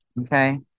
okay